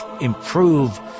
improve